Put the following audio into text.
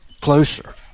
closer